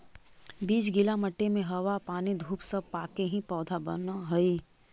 बीज गीला मट्टी में हवा पानी धूप सब पाके ही पौधा बनऽ हइ